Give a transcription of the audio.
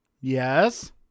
yes